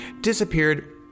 disappeared